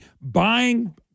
buying